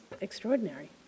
extraordinary